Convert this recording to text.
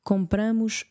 Compramos